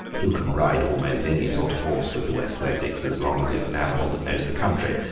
you can ride almost any sort of horse with the west wessex as long as it is an animal that knows the country.